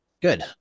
Good